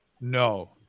No